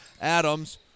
Adams